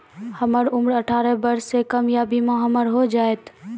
हमर उम्र अठारह वर्ष से कम या बीमा हमर हो जायत?